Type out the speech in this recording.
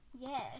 Yes